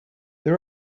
they